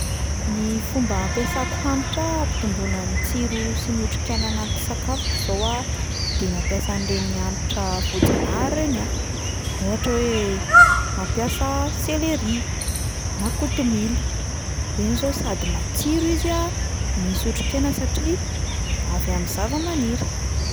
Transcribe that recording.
Ny fomba hampiasako hanitra ampitomboana ny tsiro sy ny otrikaina anaty sakafoko zao a, de mampiasa an'ireny hanitra voajanahary reny aho, ohatra hoe mampiasa selery na kotomila, ireny zao sady matsiro izy a, no misy otrikaina satria avy amin'ny zava-maniry.